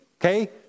okay